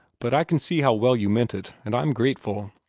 but i can see how well you meant it, and i'm grateful.